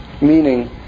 meaning